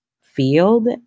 field